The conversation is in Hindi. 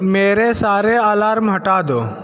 मेरे सारे अलार्म हटा दो